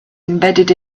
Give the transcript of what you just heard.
embedded